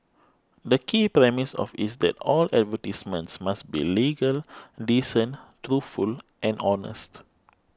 the key premise of is that all advertisements must be legal decent truthful and honest